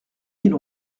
mille